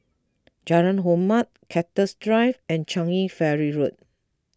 Jalan Hormat Cactus Drive and Changi Ferry Road